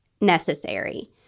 necessary